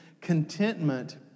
Contentment